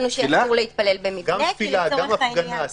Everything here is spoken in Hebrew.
כל הטכנאים רשאים לעבוד.